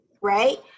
right